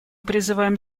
призываем